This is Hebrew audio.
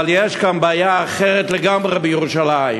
אבל יש כאן בעיה אחרת לגמרי בירושלים.